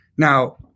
Now